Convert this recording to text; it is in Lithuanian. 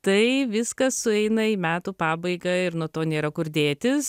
tai viskas sueina į metų pabaigą ir nuo to nėra kur dėtis